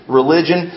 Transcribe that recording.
religion